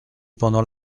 pendant